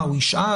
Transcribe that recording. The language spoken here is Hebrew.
הוא ישאל?